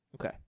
Okay